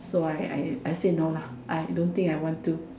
so I I I said no lah I don't think I want to